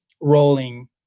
rolling